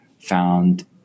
found